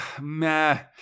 meh